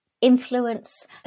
influence